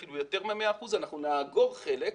אפילו יותר מ-100 אחוז ואנחנו נאגור חלק.